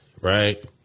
right